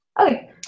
Okay